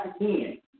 again